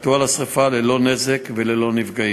השתלטו על השרפה ללא נזק וללא נפגעים.